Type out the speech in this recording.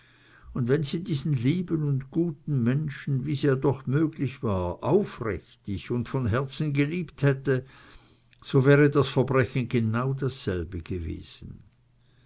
und wenn sie diesen lieben und guten menschen wie's ja doch möglich war aufrichtig und von herzen geliebt hätte so wäre das verbrechen genau dasselbe gewesen